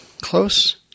Close